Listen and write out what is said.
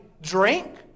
drink